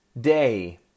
day